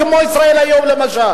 כמו "ישראל היום" למשל,